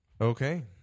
Okay